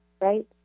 Right